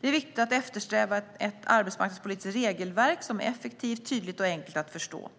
Det är viktigt att eftersträva ett arbetsmarknadspolitiskt regelverk som är effektivt, tydligt och enkelt att förstå.